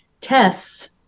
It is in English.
tests